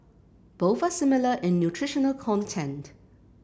both are similar in nutritional content